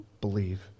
believe